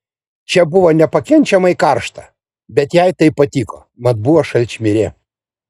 čia buvo nepakenčiamai karšta bet jai tai patiko mat buvo šalčmirė